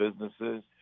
businesses